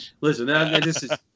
listen